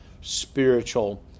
spiritual